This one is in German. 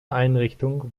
einrichtung